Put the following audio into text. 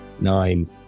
Nine